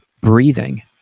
breathing